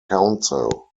council